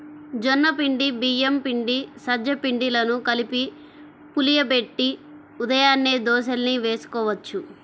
జొన్న పిండి, బియ్యం పిండి, సజ్జ పిండిలను కలిపి పులియబెట్టి ఉదయాన్నే దోశల్ని వేసుకోవచ్చు